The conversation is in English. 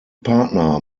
partner